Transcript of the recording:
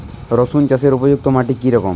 রুসুন চাষের উপযুক্ত মাটি কি রকম?